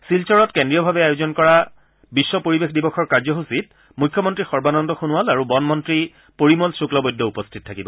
শিলচৰত কেন্দ্ৰীয়ভাৱে আয়োজন কৰা বিশ্ব পৰিৱেশ দিৱৰ কাৰ্যসূচীত মুখ্যমন্ত্ৰী সৰ্বানন্দ সোণোৱাল আৰু বন মন্ত্ৰী পৰিমল শুক্লবৈদ্য উপস্থিত থাকিব